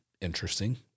interesting